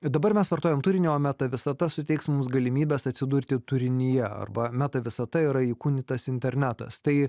ir dabar mes vartojam turinį o meta visata suteiks mums galimybes atsidurti turinyje arba meta visata yra įkūnytas internetas tai